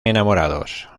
enamorados